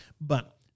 But-